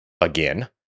again